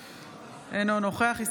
אינו נוכח גדי איזנקוט,